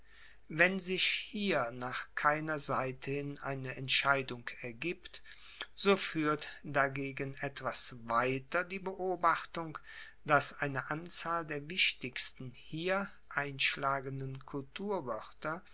wenn sich hier nach keiner seite hin eine entscheidung ergibt so fuehrt dagegen etwas weiter die beobachtung dass eine anzahl der wichtigsten hier einschlagenden